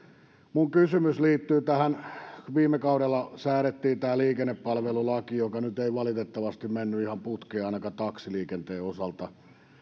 minun kysymykseni liittyy tähän kun viime kaudella säädettiin tämä liikennepalvelulaki joka nyt ei valitettavasti mennyt ihan putkeen ainakaan taksiliikenteen osalta